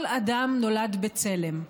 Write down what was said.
כל אדם נולד בצלם.